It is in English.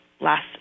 last